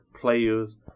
players